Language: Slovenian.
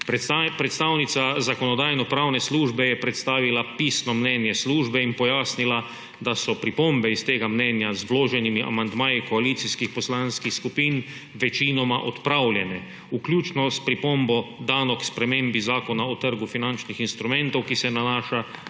Predstavnica Zakonodajno-pravne službe je predstavila pisno mnenje službe in pojasnila, da so pripombe iz tega mnenja z vloženimi amandmaji koalicijskih poslanskih skupin večinoma odpravljene, vključno s pripombo, dano k spremembi Zakona o trgu finančnih instrumentov, ki se nanaša